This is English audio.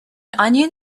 onion